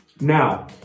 Now